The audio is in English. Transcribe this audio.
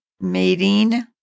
mating